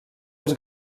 els